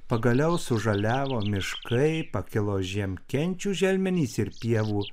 pagaliau sužaliavo miškai pakilo žiemkenčių želmenys ir pievų